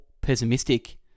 pessimistic